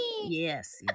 yes